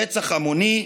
רצח המוני,